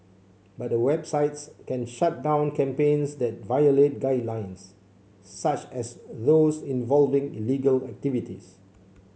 but the websites can shut down campaigns that violate guidelines such as those involving illegal activities